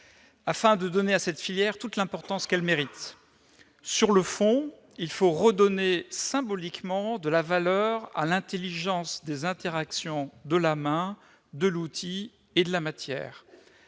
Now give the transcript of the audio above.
afin de donner à cette filière toute l'importance qu'elle mérite. Sur le fond, il faut redonner symboliquement de la valeur à l'intelligence des interactions de la main, de l'outil et de la matière.